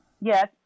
Yes